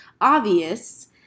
obvious